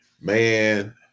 Man